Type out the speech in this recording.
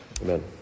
amen